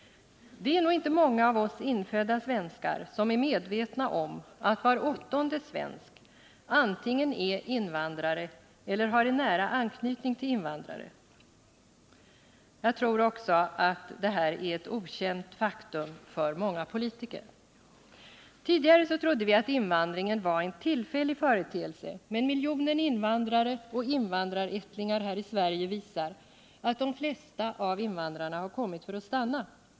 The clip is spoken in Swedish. Det är nog inte många av oss infödda svenskar som är medvetna om att var åttonde svensk antingen är invandrare eller har en nära anknytning till invandrare. Jag tror också att det är ett okänt faktum för många politiker. Tidigare trodde vi att invandringen var en tillfällig företeelse, men miljonen invandrare och invandrarättlingar här i Sverige visar att de flesta av invandrarna har kommit för att stanna.